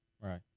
right